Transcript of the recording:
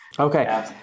Okay